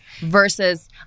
versus